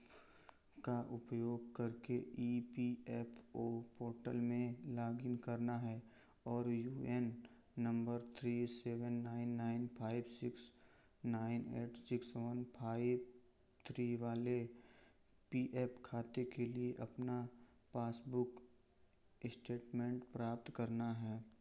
का उपयोग करके E P F O portal में लागिन करना है और U A N number three seven nine nine five six nine eight six one five three वाले पी एफ खाते के लिए अपना पासबुक इस्टेटमेंट प्राप्त करना है